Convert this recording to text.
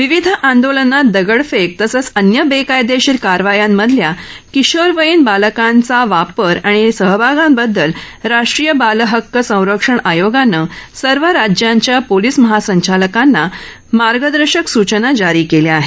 विविध आंदोलनात दगडफेक तसंच अन्य बेकायदेशीर कारवायांमधल्या किशोरवयीन बालकांच्या वापर आणि सहभागांबददल राष्ट्रीय बालहक्क संरक्षण आयोगानं सर्व राज्यांच्या पोलिस महासंचालकाना मार्गदर्शक सूचना जारी केल्या आहेत